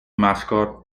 mascot